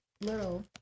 little